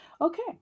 okay